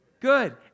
good